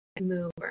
move